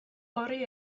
horri